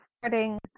starting